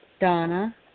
Donna